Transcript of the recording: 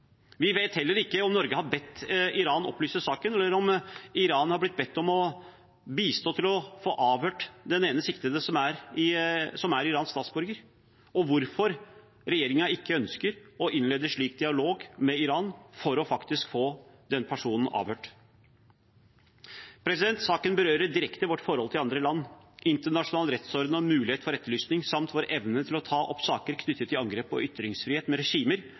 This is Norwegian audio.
Vi vet heller ikke om Norge har bedt Iran om å opplyse saken, om Iran er blitt bedt om å bistå til å få avhørt den ene siktede, som er iransk statsborger, eller hvorfor regjeringen ikke ønsker å innlede slik dialog med Iran for faktisk å få den personen avhørt. Saken berører direkte vårt forhold til andre land, internasjonal rettsorden og muligheten for etterlysning samt vår evne til å ta opp saker knyttet til angrep på ytringsfriheten med regimer